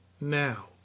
now